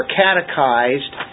catechized